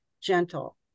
gentle